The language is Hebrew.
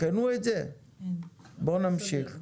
נמשיך בהקראה.